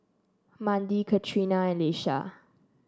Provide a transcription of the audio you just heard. Mandie Katrina and Laisha